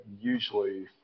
usually